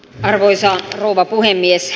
arvoisa rouva puhemies